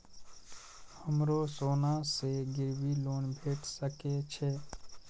हमरो सोना से गिरबी लोन भेट सके छे?